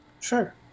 Sure